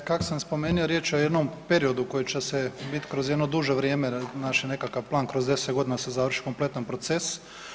Dakle, kako sam spomenuo, riječ je o jednom periodu koji će se biti kroz jedno duže vrijeme, znači nekakav plan, kroz 10 godina da se završi kompletan proces.